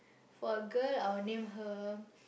for girl I will name her